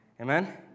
Amen